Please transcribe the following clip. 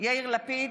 יאיר לפיד,